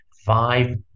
five